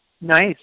Nice